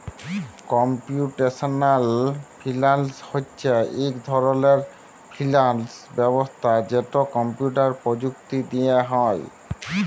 computational finance হছে ইক ধরলের ফিল্যাল্স ব্যবস্থা যেট কম্পিউটার পরযুক্তি দিঁয়ে হ্যয়